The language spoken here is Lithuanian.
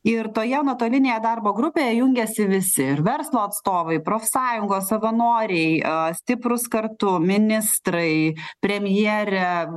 ir toje nuotolinėje darbo grupėje jungėsi visi ir verslo atstovai profsąjungos savanoriai a stiprūs kartu ministrai premjerė